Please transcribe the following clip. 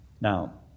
Now